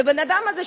הבן-אדם הזה,